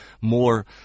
more